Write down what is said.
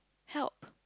help